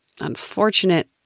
unfortunate